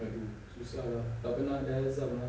so